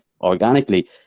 organically